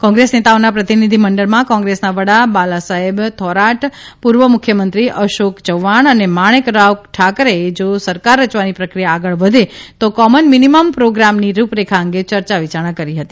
કોંગ્રેસ નેતાઓના પ્રતિનિધિમંડળમાં કોંગ્રેસના વડા બાલાસાહેબ થોરાટ પૂર્વ મુખ્યમંત્રી અશોક ચવ્હાણ અને માણેક રાવ ઠાકરેએ જો સરકાર રચવાની પ્રક્રિયા આગળ વધે તો કોમન મીનીમમ પ્રોગ્રામની રૂપરેખા અંગે ચર્ચા વિચારણા કરી હતી